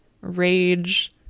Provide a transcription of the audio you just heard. rage